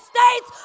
States